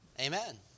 Amen